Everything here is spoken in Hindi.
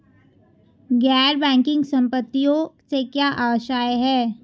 गैर बैंकिंग संपत्तियों से क्या आशय है?